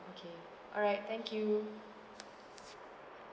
okay alright thank you